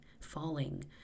falling